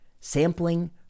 sampling